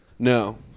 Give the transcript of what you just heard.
No